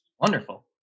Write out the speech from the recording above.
Wonderful